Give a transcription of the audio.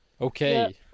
Okay